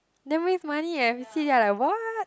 then waste money leh see then I like what